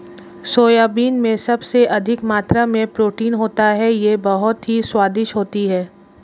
soybean में सबसे अधिक मात्रा में प्रोटीन होता है यह बहुत ही स्वादिष्ट होती हैं